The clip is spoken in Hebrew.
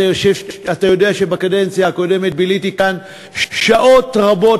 אתה יודע שבקדנציה הקודמת ביליתי כאן שעות רבות,